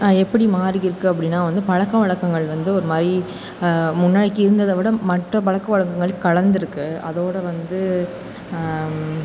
எப்படி மாறியிருக்கு அப்படினா பழக்கவழக்கங்கள் வந்து ஒரு மாதிரி முன்னாடிக்கு இருந்ததை விட மற்ற பழக்கவழக்கங்கள் கலந்துருக்கு அதோடய வந்து